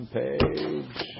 page